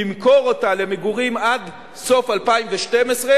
ימכור אותה למגורים עד סוף 2012,